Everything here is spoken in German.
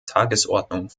tagesordnung